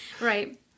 Right